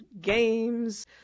games